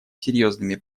серьезными